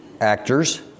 actors